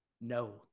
No